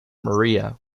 maria